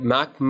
Mac